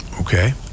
okay